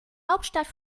hauptstadt